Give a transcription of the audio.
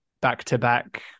back-to-back